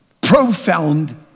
profound